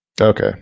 Okay